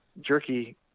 jerky